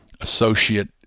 associate